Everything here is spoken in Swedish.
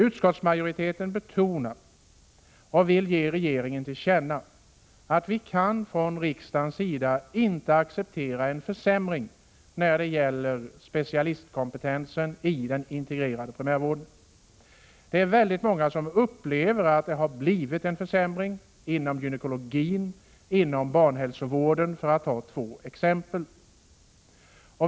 Utskottsmajoriteten vill ge regeringen till känna att vi från riksdagens sida inte kan acceptera en försämring av specialistkompetensen i den integrerade primärvården. Det är många som upplever att det har blivit en försämring — inom gynekologin och inom barnhälsovården, för att ta två exempel.